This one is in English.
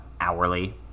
hourly